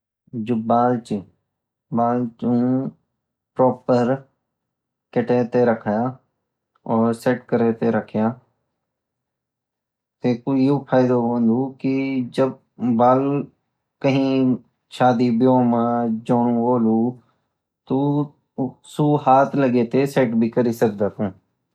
जो बल ची बॉल ते प्रॉपर कटेते रखा और सेट करेंते रखियाँ तेकू युफ़ायदा होन्दु की जब बॉल जब शादी बियों मा चोनू होलु तो सु हाथ लगते सेट भी कृ सकदा